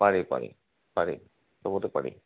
পাৰি পাৰি পাৰি চবতে পাৰি